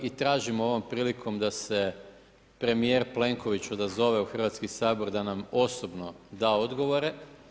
I tražimo ovom prilikom da se premijer Plenković odazove u Hrvatski sabor da nam osobno da odgovore.